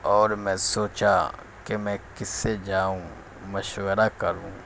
اور میں سوچا کہ میں کس سے جاؤں مشورہ کروں